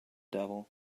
devil